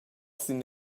sin